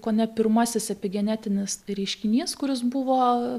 kone pirmasis epigenetinis reiškinys kuris buvo